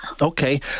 Okay